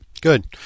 Good